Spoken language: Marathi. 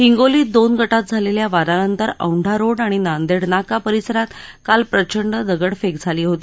हिंगोलीत दोन गटात झालेल्या वादानंतर औंढा रोड आणि नांदेड नाका परिसरात काल प्रचंड दगडफेक झाली होती